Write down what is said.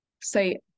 say